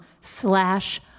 slash